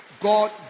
God